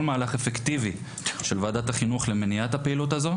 מהלך אפקטיבי של ועדת החינוך למניעת הפעילות הזו.